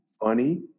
funny